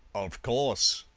of course,